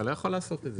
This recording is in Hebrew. אתה לא יכול לעשות את זה.